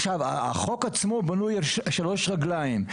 החוק עצמו בנוי על שלוש רגליים.